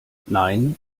nein